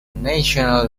national